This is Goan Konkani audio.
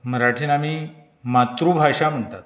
मराठींत आमी मातृभाशा म्हणटात